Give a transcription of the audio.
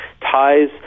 ties